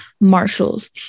marshals